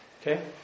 Okay